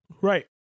Right